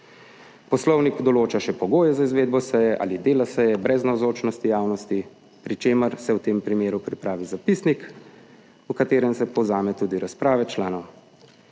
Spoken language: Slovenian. Poslovnik določa še pogoje za izvedbo seje ali dela seje brez navzočnosti javnosti, pri čemer se v tem primeru pripravi zapisnik, v katerem se povzame tudi razprave članov.